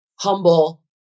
humble